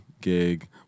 gig